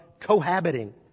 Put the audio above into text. cohabiting